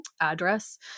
address